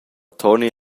toni